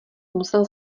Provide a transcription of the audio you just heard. musel